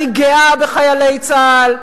אני גאה בחיילי צה"ל,